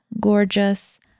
gorgeous